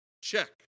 Check